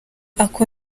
ako